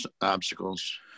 obstacles